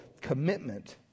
commitment